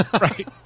Right